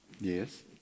Yes